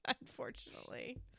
unfortunately